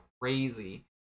crazy